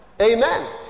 Amen